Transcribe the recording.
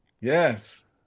Yes